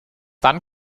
dann